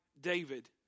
David